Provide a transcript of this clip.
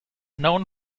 known